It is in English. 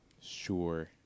Sure